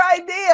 idea